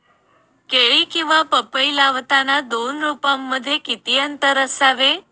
केळी किंवा पपई लावताना दोन रोपांमध्ये किती अंतर असावे?